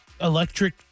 electric